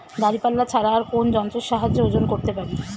দাঁড়িপাল্লা ছাড়া আর কোন যন্ত্রের সাহায্যে ওজন করতে পারি?